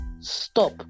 Stop